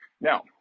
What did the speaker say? Now